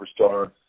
superstar